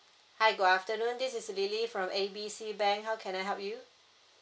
hi good afternoon this is lily from A B C bank how can I help you